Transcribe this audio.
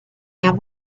and